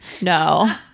no